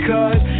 Cause